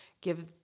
give